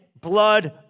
blood